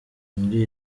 muri